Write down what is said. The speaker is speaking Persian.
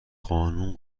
قانون